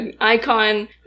icon